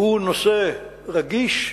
הוא נושא רגיש.